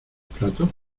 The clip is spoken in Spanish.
platos